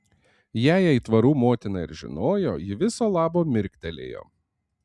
jei aitvarų motina ir žinojo ji viso labo mirktelėjo